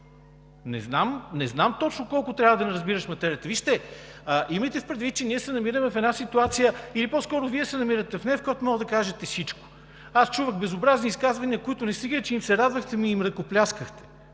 Не знам точно колко трябва да не разбираш материята. Вижте, имайте предвид, че ние се намираме в една ситуация или по-скоро Вие се намирате в нея, в която можете да кажете всичко. Аз чувах безобразни изказвания, на които не стига, че им се радвахте, но им и ръкопляскахте.